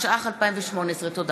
התשע"ח 2018. תודה.